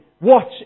watch